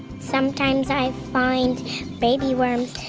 sometimes, i find baby worms.